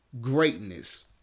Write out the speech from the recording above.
greatness